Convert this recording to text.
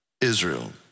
Israel